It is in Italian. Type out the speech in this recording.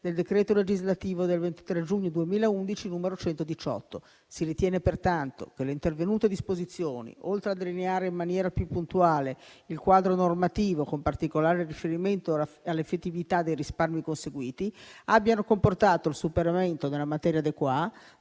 del decreto legislativo 23 giugno 2011, n. 118». Si ritiene pertanto che l'intervenuta disposizione, oltre a delineare in maniera più puntuale il quadro normativo con particolare riferimento all'effettività dei risparmi conseguiti, abbiano comportato il superamento della materia *de